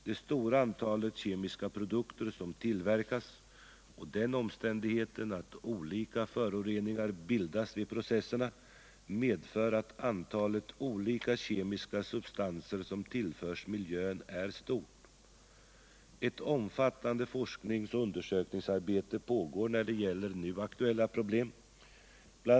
Det stora antalet kemiska produkter som tillverkas och den omständigheten att olika föroreningar bildas vid nyprocesserna medför att antalet olika kemiska substanser som tillförs miljön är stort. Ett omfattande forskningsoch undersökningsarbete pågår när det gäller nu aktuella problem. BI.